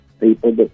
people